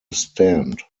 stand